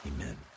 amen